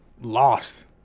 lost